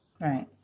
Right